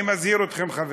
אני מזהיר אתכם, חברים: